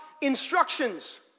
instructions